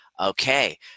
Okay